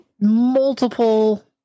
multiple